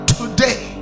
today